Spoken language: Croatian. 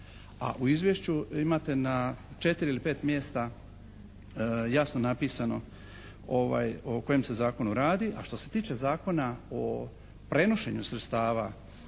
u Izvješću imate na četiri ili pet mjesta jasno napisano o kojem se zakonu radi, a što se tiče Zakona o prenošenju sredstava